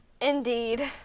indeed